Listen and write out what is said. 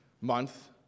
month